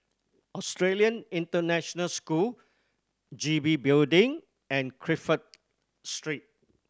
Australian International School G B Building and Crawford Street